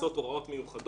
מקרים.